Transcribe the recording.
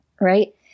right